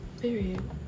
Period